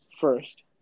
first